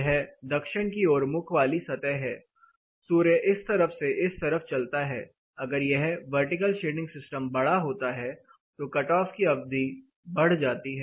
यह दक्षिण की ओर मुख वाली सतह है सूर्य इस तरफ से इस तरफ चलता है अगर यह वर्टिकल शेडिंग सिस्टम बड़ा होता है तो कट ऑफ की अवधि बढ़ जाती है